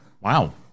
Wow